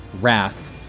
Wrath